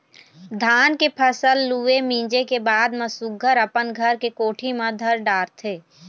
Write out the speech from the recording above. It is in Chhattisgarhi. धान के फसल लूए, मिंजे के बाद म सुग्घर अपन घर के कोठी म धर डारथे